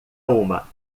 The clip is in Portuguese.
uma